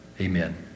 amen